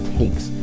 takes